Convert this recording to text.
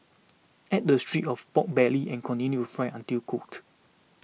add the strips of pork belly and continue fry until cooked